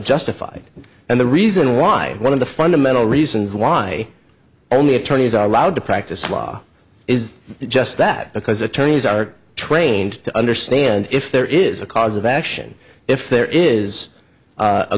justified and the reason why one of the fundamental reasons why only attorneys are allowed to practice law is just that because attorneys are trained to understand if there is a cause of action if there is a